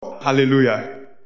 Hallelujah